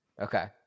Okay